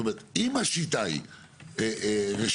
אם השיטה היא רשימות,